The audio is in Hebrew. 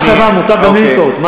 בסדר, אני, אוקיי, טעיתי במחשבה.